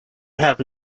have